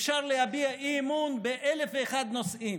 אפשר להביע אי-אמון באלף ואחד נושאים,